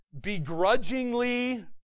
begrudgingly